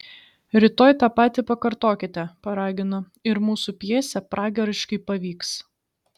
rytoj tą patį pakartokite paragino ir mūsų pjesė pragariškai pavyks